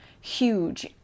huge